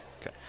Okay